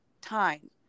time